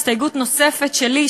הסתייגות נוספת שלי,